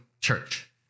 church